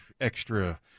extra